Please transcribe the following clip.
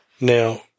Now